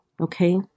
okay